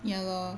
ya lor